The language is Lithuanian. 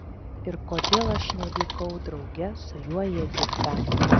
ir kodėl aš nevykau drauge su juo į egiptą